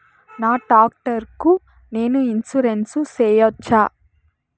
నా టాక్టర్ కు నేను ఇన్సూరెన్సు సేయొచ్చా?